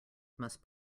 must